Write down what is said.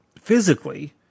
Physically